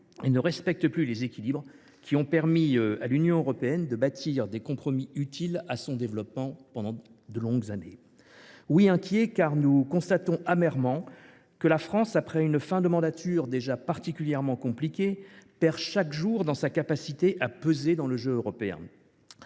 et ne respecte plus les équilibres qui ont permis à l’Union européenne, pendant de longues années, de bâtir des compromis utiles à son développement. Oui, nous sommes inquiets, car nous constatons amèrement que la France, après une fin de mandature déjà particulièrement compliquée, perd chaque jour en capacité à peser dans le jeu européen.